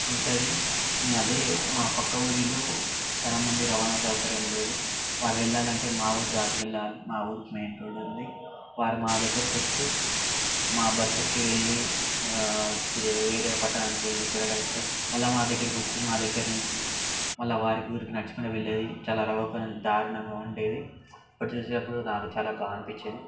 ఏంటది అదే మా పక్క ఊరిలో చాలామంది రవాణా సౌకర్యం లేదు వారు వెళ్ళాలంటే మా ఊరు దాటి వెళ్ళాలి మా ఊరికి మెయిన్ రోడ్ ఉంది వారు మా దగ్గరకు వచ్చి మా బస్సు ఎక్కి వెళ్ళి వేరే పట్టణానికి వెళ్ళి కూరగాయలు తెచ్చుకొని మళ్ళీ మా దగ్గరికి వచ్చి మళ్ళీ వారికి ఊరికి నచ్చకుంటూ వెళ్ళేది చాలా దారుణంగా ఉండేది అది చూసేటప్పుడు నాకు చాలా బాధగా అనిపించేది